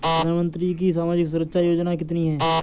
प्रधानमंत्री की सामाजिक सुरक्षा योजनाएँ कितनी हैं?